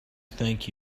thank